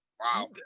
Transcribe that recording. Wow